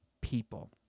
people